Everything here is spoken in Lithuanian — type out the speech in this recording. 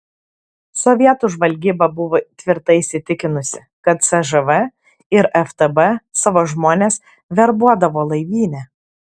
sovietų žvalgyba buvo tvirtai įsitikinusi kad cžv ir ftb savo žmones verbuodavo laivyne